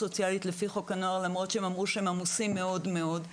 סוציאלית לפי חוק הנוער למרות שהם אמרו שהם עמוסים מאוד כי